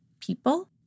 people